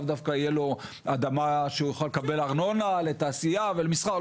לאו דווקא תהיה לו אדמה שהוא יוכל לקבל ארנונה לתעשייה ולמסחר,